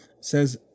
says